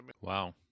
Wow